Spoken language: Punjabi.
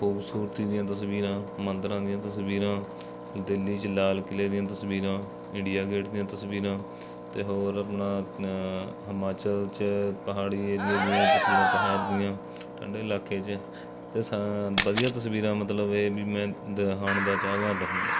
ਖੂਬਸੂਰਤੀ ਦੀਆਂ ਤਸਵੀਰਾਂ ਮੰਦਰਾਂ ਦੀਆਂ ਤਸਵੀਰਾਂ ਦਿੱਲੀ 'ਚ ਲਾਲ ਕਿਲੇ ਦੀਆਂ ਤਸਵੀਰਾਂ ਇੰਡੀਆ ਗੇਟ ਦੀਆਂ ਤਸਵੀਰਾਂ ਅਤੇ ਹੋਰ ਆਪਣਾ ਹਿਮਾਚਲ 'ਚ ਪਹਾੜੀ ਏਰੀਏ ਦੀਆਂ ਤਸਵੀਰਾਂ ਪਹਾੜ ਦੀਆਂ ਠੰਡੇ ਇਲਾਕੇ 'ਚ ਅਤੇ ਸ ਵਧੀਆ ਤਸਵੀਰਾਂ ਮਤਲਬ ਇਹ ਵੀ ਮੈਂ ਦਿਖਾਉਣ ਦਾ ਚਾਹਵਾਨ ਰਹੂੰਗਾ